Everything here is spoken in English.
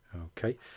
okay